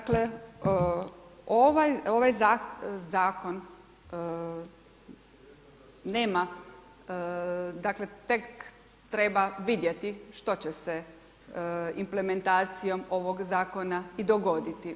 Dakle, ovaj zakon nema dakle, tek, treba vidjeti što će se implementacijom ovog zakona i dogoditi.